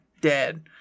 Dead